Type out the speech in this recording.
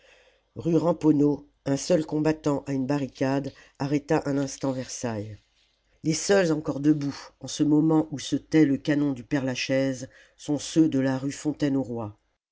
rue ramponeau un seul combattant à une barricade arrêta un instant versailles les seuls encore debout en ce moment où se tait le canon du père-lachaise sont ceux de la rue fontaine au roi ils